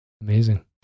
Amazing